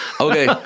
Okay